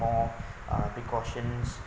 more uh precautions